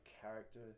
character